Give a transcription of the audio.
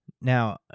Now